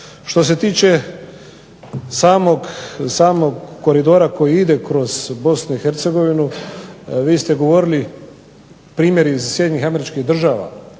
Što se tiče samog koridora koji ide kroz Bosnu i Hercegovinu vi ste govorili primjer iz Sjedinjenih Američkih država,